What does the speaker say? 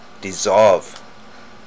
dissolve